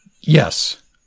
Yes